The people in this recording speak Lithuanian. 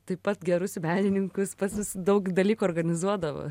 taip pat gerus menininkus pas jus daug dalykų organizuodavo